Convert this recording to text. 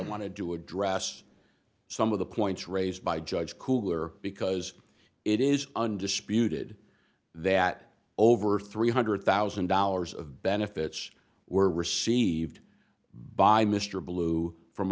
wanted to address some of the points raised by judge kugler because it is undisputed that over three hundred thousand dollars of benefits were received by mr blue from